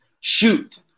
Shoot